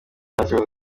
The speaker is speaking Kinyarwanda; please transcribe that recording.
ntakibazo